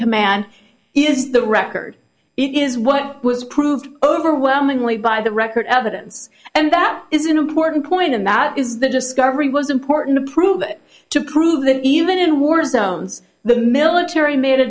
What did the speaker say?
command is the record it is what was approved overwhelmingly by the record evidence and that is an important point and that is the discovery was important to prove it to prove that even in war zones the military made a